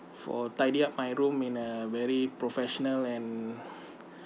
for tidy up my room in a very professional and